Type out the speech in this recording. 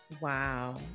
Wow